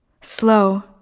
slow